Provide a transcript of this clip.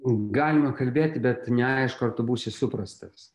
galima kalbėti bet neaišku ar tu būsi suprastas